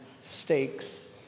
stakes